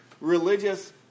religious